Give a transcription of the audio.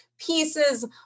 pieces